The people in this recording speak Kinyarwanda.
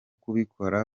kubikora